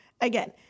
again